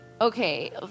okay